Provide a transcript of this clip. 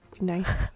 nice